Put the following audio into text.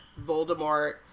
voldemort